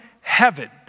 heaven